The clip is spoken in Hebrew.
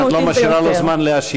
את לא משאירה לו זמן להשיב.